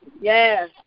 Yes